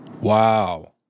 Wow